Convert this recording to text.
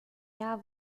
jahr